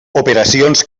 operacions